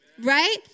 right